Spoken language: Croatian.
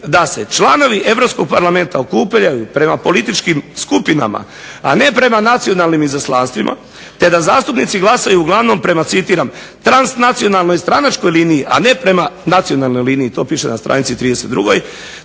da se članovi Europskog parlamenta okupljaju prema političkim skupinama, a ne prema nacionalnim izaslanstvima te da zastupnici glasaju uglavnom prema "transnacionalnoj stranačkoj liniji, a ne prema nacionalnoj liniji". To piše na str. 32.